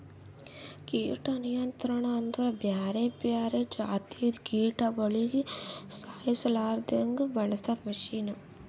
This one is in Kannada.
ಕೀಟ ನಿಯಂತ್ರಣ ಅಂದುರ್ ಬ್ಯಾರೆ ಬ್ಯಾರೆ ಜಾತಿದು ಕೀಟಗೊಳಿಗ್ ಸಾಯಿಸಾಸಲೆಂದ್ ಬಳಸ ಮಷೀನ್